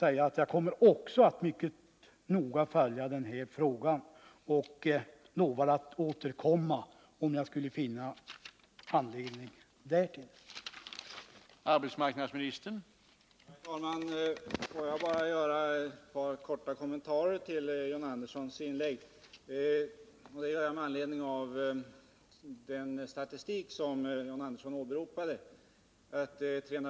Även jag kommer att mycket noga följa denna fråga, och jag lovar att återkomma, om jag skulle finna anledning därtill.